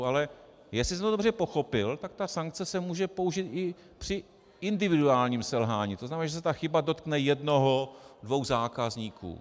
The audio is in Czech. Ale jestli jsem to dobře pochopil, tak ta sankce se může použít i při individuálním selhání, tzn. že se ta chyba dotkne jednoho dvou zákazníků.